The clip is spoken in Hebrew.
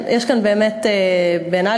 בעיני,